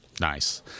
nice